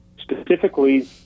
specifically